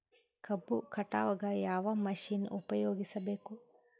ಕಬ್ಬು ಕಟಾವಗ ಯಾವ ಮಷಿನ್ ಉಪಯೋಗಿಸಬೇಕು?